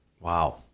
Wow